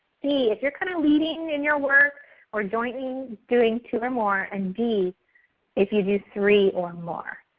c if you're kind of leading and your work or joining doing two or more, and d if you do three or more.